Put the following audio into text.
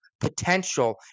potential